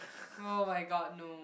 oh-my-god no